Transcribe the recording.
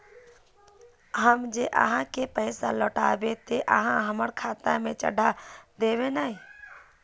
हम जे आहाँ के पैसा लौटैबे ते आहाँ हमरा खाता में चढ़ा देबे नय?